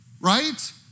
right